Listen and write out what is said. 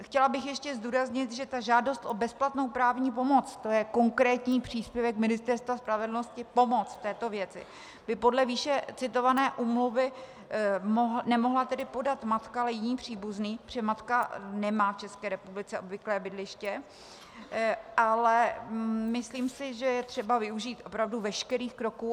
Chtěla bych ještě zdůraznit, že žádost o bezplatnou právní pomoc, tj. konkrétní příspěvek Ministerstva spravedlnosti pomoci v této věci, by podle výše citované úmluvy nemohla podat matka, ale jiný příbuzný, protože matka nemá v České republice obvyklé bydliště, ale myslím si, že je třeba využít opravdu veškerých kroků.